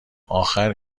اخر